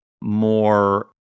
more